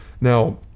Now